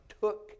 took